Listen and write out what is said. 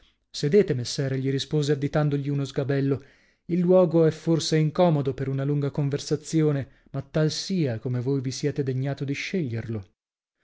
sedete messere gli rispose additandogli uno sgabello il luogo è forse incomodo per una lunga conversazione ma tal sia come voi vi siete degnato di sceglierlo